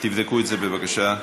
תבדקו את זה בבקשה.